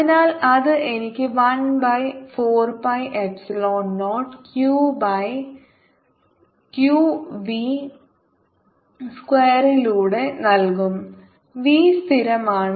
അതിനാൽ അത് എനിക്ക് 1 by 4 pi epsilon naught q by q v സ്ക്വയറിലൂടെ നൽകും v സ്ഥിരമാണ്